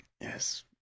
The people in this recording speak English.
Yes